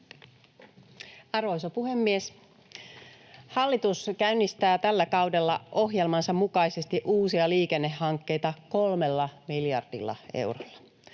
Arvoisa puhemies! Hallitus käynnistää tällä kaudella ohjelmansa mukaisesti uusia liikennehankkeita 3 miljardilla eurolla.